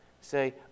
say